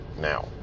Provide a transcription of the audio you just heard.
now